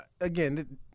again